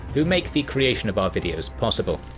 who make the creation of our videos possible.